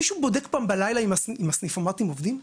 מישהו בודק פעם בלילה אם הסניפומטים עובדים?